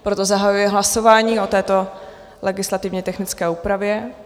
Proto zahajuji hlasování o této legislativně technické úpravě.